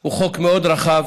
הוא חוק מאוד רחב.